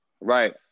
Right